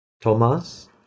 Thomas